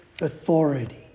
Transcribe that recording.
authority